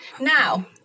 Now